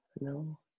No